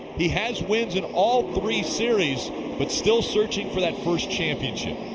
he has wins in all three series but still searching for that first championship.